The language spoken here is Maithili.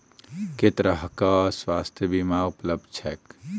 केँ तरहक स्वास्थ्य बीमा उपलब्ध छैक?